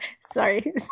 Sorry